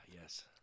Yes